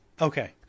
Okay